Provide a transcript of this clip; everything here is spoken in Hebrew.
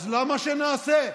אז למה שנעשה?